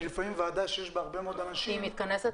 כי לפעמים ועדה שיש בה הרבה מאוד אנשים --- היא מתכנסת,